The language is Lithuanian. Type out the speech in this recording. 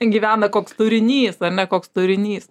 gyvena koks turinys ar ne koks turinys